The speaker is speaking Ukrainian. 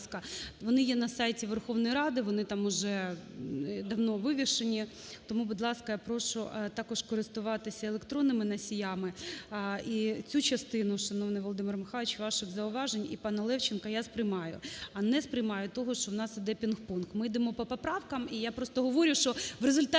Вони є на сайті Верховної Ради, вони там вже давно вивішені. Тому, будь ласка, я прошу також користуватися електронними носіями. І цю частину, шановний Володимир Михайлович, ваших зауважень і пана Левченка я сприймаю. А не сприймаю того, що у нас іде підпункт, ми йдемо по поправкам, і я просто говорю, що в результаті